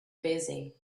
busy